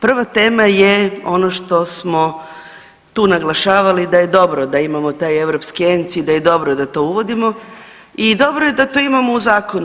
Prva tema je ono što smo tu naglašavali da je dobro da imamo taj europski ENC i da je dobro da to uvodimo i dobro je da to imamo u zakonu.